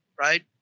Right